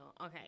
Okay